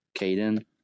Caden